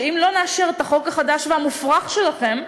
שאם לא נאשר את החוק החדש והמופרך שלכם,